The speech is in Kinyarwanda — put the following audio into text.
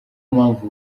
mpamvu